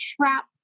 trap